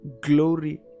glory